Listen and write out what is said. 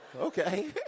Okay